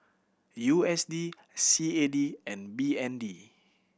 U S D C A D and B N D